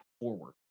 forward